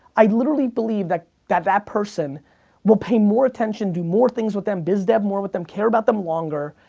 i literally believe that that that person will pay more attention do more things with them, biz-dev more with them, care about them longer,